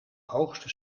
hoogste